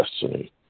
destiny